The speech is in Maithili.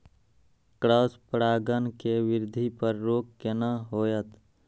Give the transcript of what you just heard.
क्रॉस परागण के वृद्धि पर रोक केना होयत?